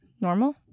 normal